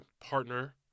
partner